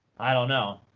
i don't know.